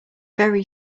very